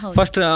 First